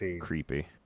creepy